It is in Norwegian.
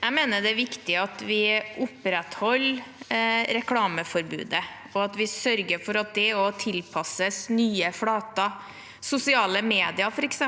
Jeg mener det er viktig at vi opprettholder reklameforbudet, og at vi sørger for at det også tilpasses nye flater – sosiale medier, f.eks.